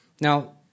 Now